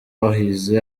wahize